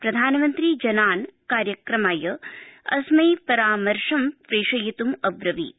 प्रधानमन्त्री जनान् कार्यक्रमाय अस्मै परामर्शं प्रेषयित्म् अब्रवीत्